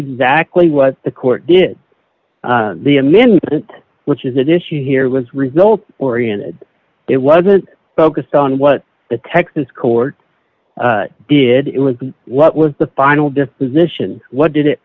exactly what the court did the admin didn't which is that issue here was result oriented it wasn't focused on what the texas court did it was what was the final disposition what did it